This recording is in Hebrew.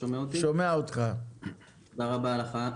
תודה רבה לך.